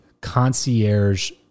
concierge